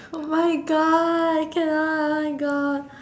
oh my god I cannot oh my god